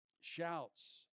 shouts